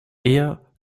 air